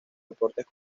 deportes